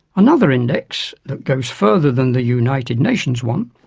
another index, that goes further than the united nations one,